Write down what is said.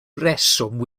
reswm